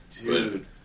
Dude